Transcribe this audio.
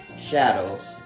shadows